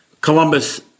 Columbus